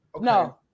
No